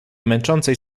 męczącej